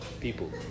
people